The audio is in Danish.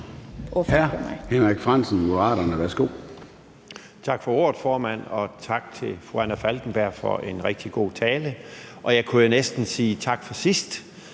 Henrik Frandsen (M): Tak for ordet, formand, og tak til fru Anna Falkenberg for en rigtig god tale. Jeg kunne næsten sige tak for sidst.